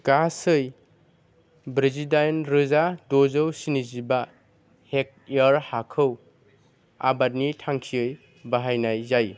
गासै ब्रैजिडाइन रोजा द'जौ स्निजिबा हेक्टयर हाखौ आबादनि थांखियै बाहायनाइ जायो